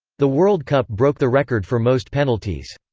the world cup broke the record for most penalties.